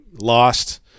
lost